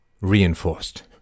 Reinforced